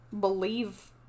believe